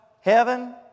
heaven